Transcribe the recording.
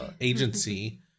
agency